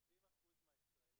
נשים הרות כמה היום?